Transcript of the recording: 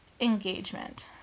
engagement